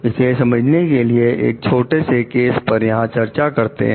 इसे समझने के लिए एक छोटे केस पर यहां चर्चा करते हैं